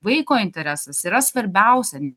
vaiko interesas yra svarbiausia